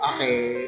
Okay